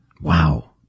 Wow